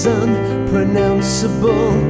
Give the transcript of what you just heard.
unpronounceable